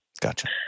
Gotcha